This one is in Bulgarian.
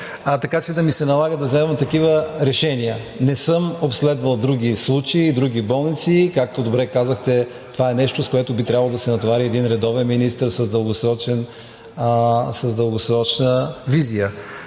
така че да ми се налага да вземам такива решения. Не съм обследвал други случаи и други болници. Както добре казахте, това е нещо, с което би трябвало да се натовари един редовен министър с дългосрочна визия.